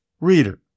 reader